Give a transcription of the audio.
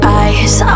eyes